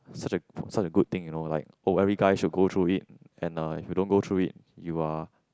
such a such a good thing you know like oh every guy should go through it and you don't go through it you are